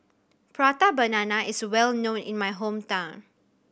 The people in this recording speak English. Prata Banana is well known in my hometown